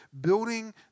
building